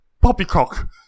Poppycock